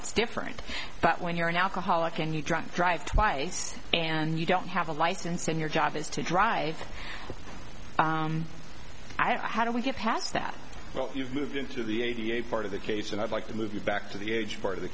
it's different but when you're an alcoholic and you drunk drive twice and you don't have a license and your job is to drive i how do we get past that well you've moved into the a b a part of the case and i'd like to move you back to the age part of the